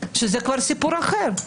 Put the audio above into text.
שזה כבר סיפור אחר.